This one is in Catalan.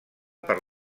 per